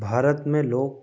भारत में लोग